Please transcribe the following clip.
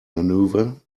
maneuver